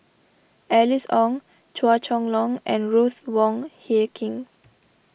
Alice Ong Chua Chong Long and Ruth Wong Hie King